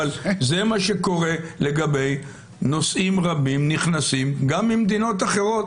אבל זה מה שקורה לגבי נוסעים רבים נכנסים גם ממדינות אחרות.